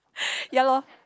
ya lor